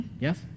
Yes